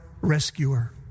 rescuer